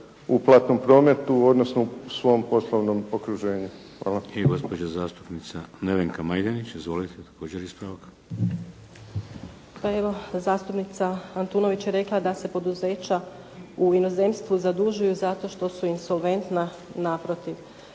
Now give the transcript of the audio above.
u platnom prometu, odnosno u svom poslovnom okruženju. Hvala. **Šeks, Vladimir (HDZ)** I gospođa zastupnica Nevenka Majdanić. Izvolite, također ispravak. **Majdenić, Nevenka (HDZ)** Pa evo, zastupnica Antunović je rekla da se poduzeća u inozemstvu zadužuju zato što su insolventna. Naprotiv.